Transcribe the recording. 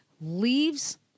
Leaves